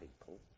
people